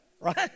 right